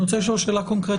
אני רוצה לשאול שאלה קונקרטית: